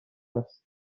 است